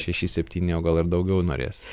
šeši septyni o gal ir daugiau norės